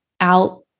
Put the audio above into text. out